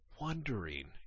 wondering